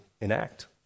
enact